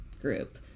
group